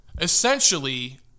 essentially